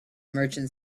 merchant